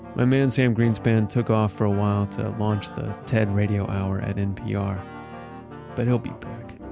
my man sam greenspan took off for a while to launch the ted radio hour at npr but he'll be back.